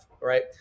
right